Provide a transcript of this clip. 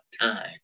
time